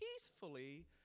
peacefully